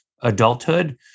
adulthood